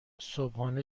صبحانه